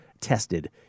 tested